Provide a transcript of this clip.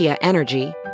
Energy